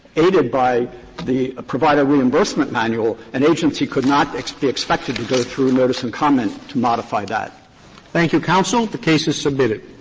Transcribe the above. aided by the provider reimbursement manual, an agency could not be expected to go through notice and comment to modify that. roberts thank you, counsel. the case is submitted.